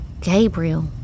Gabriel